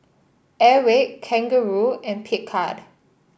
Airwick Kangaroo and Picard